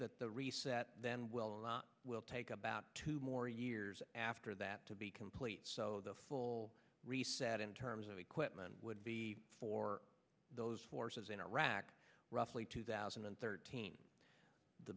that the then well we'll take about two more years after that to be complete so the full reset in terms of equipment would be for those forces in iraq roughly two thousand and thirteen the